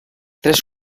tres